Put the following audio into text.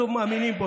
בסוף מאמינים בו.